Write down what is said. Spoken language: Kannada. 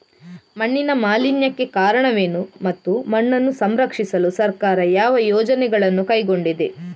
ಮಣ್ಣಿನ ಮಾಲಿನ್ಯಕ್ಕೆ ಕಾರಣವೇನು ಮತ್ತು ಮಣ್ಣನ್ನು ಸಂರಕ್ಷಿಸಲು ಸರ್ಕಾರ ಯಾವ ಯೋಜನೆಗಳನ್ನು ಕೈಗೊಂಡಿದೆ?